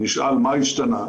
נשאל מה השתנה?